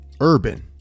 urban